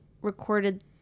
recorded